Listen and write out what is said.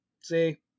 See